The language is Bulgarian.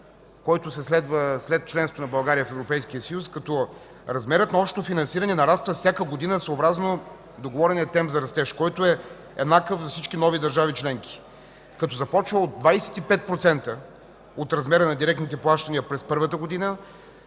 който се следва след членството на България в Европейския съюз, като размерът на общото финансиране нараства всяка година, съобразно договорения темп за растеж, който е еднакъв за всички нови държави членки, като започва от 25% от размера на директните плащания през първата година,